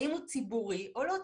האם הוא ציבורי או לא ציבורי?